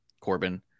Corbin